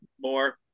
more